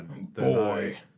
Boy